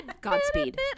Godspeed